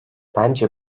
bence